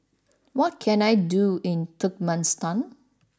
what can I do in Turkmenistan